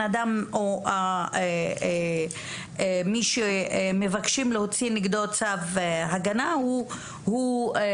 אדם או מי שמבקשים להוציא נגדו צו הגנה הוא מסוכן.